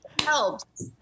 Helps